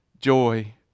Joy